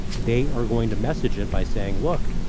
they are going to message it by saying, look,